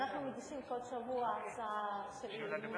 אנחנו מגישים כל שבוע הצעה של אי-אמון